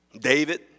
David